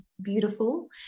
beautiful